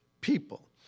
people